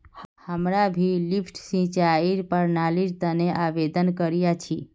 हमरा भी लिफ्ट सिंचाईर प्रणालीर तने आवेदन करिया छि